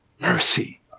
Mercy